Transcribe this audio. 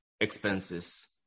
expenses